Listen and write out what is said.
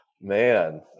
Man